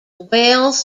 wells